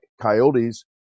coyotes